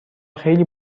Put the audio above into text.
خیلی